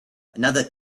another